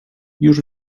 już